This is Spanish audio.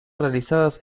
realizadas